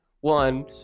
one